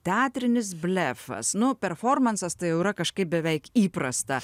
teatrinis blefas nu performansas tai jau yra kažkaip beveik įprasta